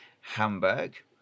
Hamburg